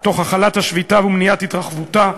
תוך הכלת השביתה ומניעת התרחבותה.